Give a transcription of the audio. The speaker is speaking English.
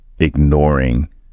ignoring